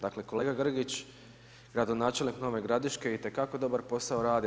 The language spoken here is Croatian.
Dakle, kolega Grgić, gradonačelnik Nove Gradiške itekako dobar posao radi.